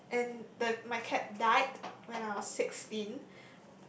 that and the my cat died when I was sixteen